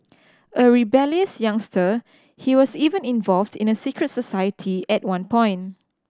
a rebellious youngster he was even involved in a secret society at one point